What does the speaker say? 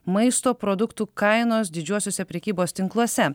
maisto produktų kainos didžiuosiuose prekybos tinkluose